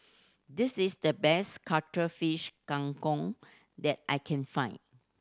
this is the best Cuttlefish Kang Kong that I can find